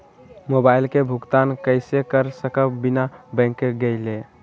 Mobile के भुगतान कईसे कर सकब बिना बैंक गईले?